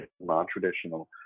non-traditional